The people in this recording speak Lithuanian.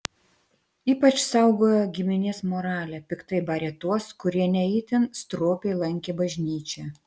ypač saugojo giminės moralę piktai barė tuos kurie ne itin stropiai lankė bažnyčią